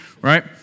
right